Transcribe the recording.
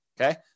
Okay